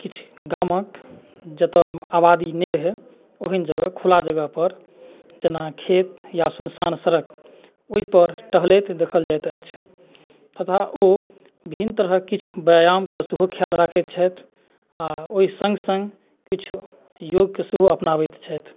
किछु गामक जतय आबादी नहि रहय ओहन जगह खुला जगहपर जेना खेत या सुनसान सड़क ओहिपर टहलैत देखल जाइत अछि अतः ओ भिन्न तरहक किछु व्यायामके सेहो ख्याल राखैत छथि आ ओहि सङ्ग सङ्ग किछु योगकेँ सेहो अपनाबैत छथि